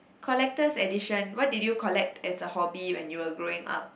collector's edition what did you collect as a hobby when you were growing up